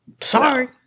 Sorry